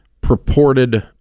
purported